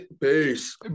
peace